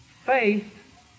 faith